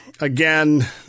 again